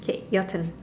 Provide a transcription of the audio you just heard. okay your turn